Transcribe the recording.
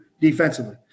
defensively